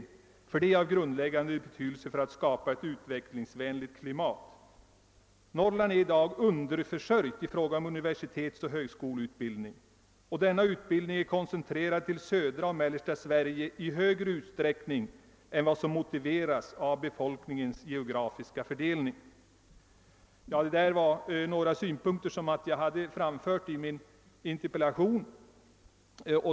Ett sådant är av grundläggande betydelse för att skapa ett utvecklingsvänligt klimat. Norrland är i dag underförsörjt i fråga om universitetsoch högskoleutbildning. Denna utbildning är koncentrerad till södra och mellersta Sverige i högre utsträckning än vad som motiveras av befolkningens geografiska fördelning. Detta var några synpunkter som jag anförde i min interpellation.